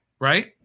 right